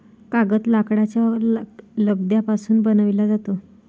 कागद लाकडाच्या लगद्यापासून बनविला जातो